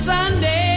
Sunday